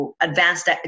advanced